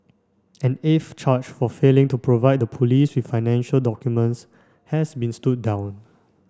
an eighth charge for failing to provide the police with financial documents has been stood down